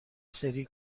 سری